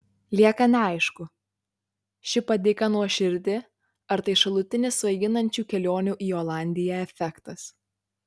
lieka neaišku ši padėka nuoširdi ar tai šalutinis svaiginančių kelionių į olandiją efektas